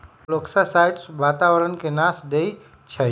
मोलॉक्साइड्स वातावरण के नाश देई छइ